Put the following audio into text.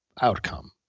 outcome